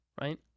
right